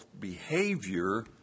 behavior